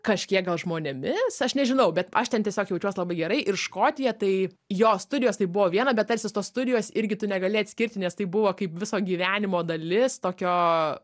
kažkiek gal žmonėmis aš nežinau bet aš ten tiesiog jaučiuos labai gerai ir škotija tai jo studijos tai buvo viena be tarsi tos studijos irgi tu negali atskirti nes tai buvo kaip viso gyvenimo dalis tokio